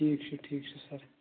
ٹھیٖک چھُ ٹھیٖک چھُ سَر